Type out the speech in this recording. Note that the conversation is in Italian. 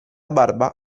barba